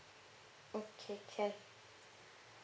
okay can